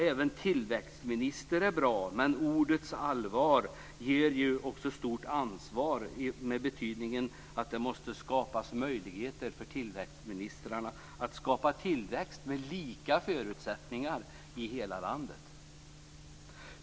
Även tillväxtminister är en bra benämning, men ordets allvar ger ju också ett stort ansvar i betydelsen att det måste finnas möjligheter för tillväxtministrarna att skapa tillväxt och ge lika förutsättningar i hela landet.